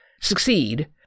succeed